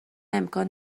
امکان